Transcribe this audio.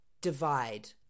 Divide